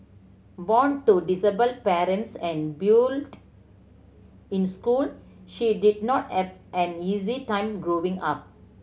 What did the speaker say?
born to disabled parents and in school she did not have an easy time growing up